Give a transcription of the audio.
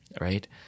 right